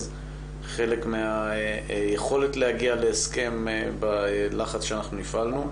חלק מהיכולת להגיע להסכם בלחץ שהפעלנו.